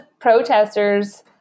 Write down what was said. protesters